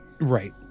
Right